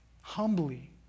humbly